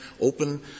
open